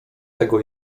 tego